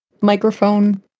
microphone